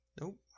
Nope